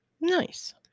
Nice